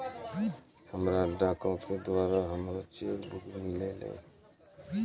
हमरा डाको के द्वारा हमरो चेक बुक मिललै